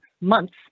months